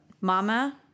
mama